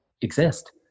exist